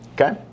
Okay